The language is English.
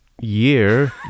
year